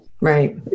Right